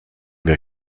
wir